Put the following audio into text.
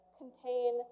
contain